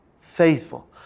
Faithful